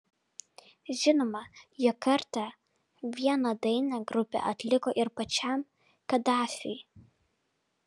žinoma jog kartą vieną dainą grupė atliko ir pačiam kadafiui